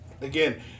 again